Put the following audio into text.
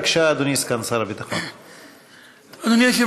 בבקשה, אדוני סגן שר הביטחון.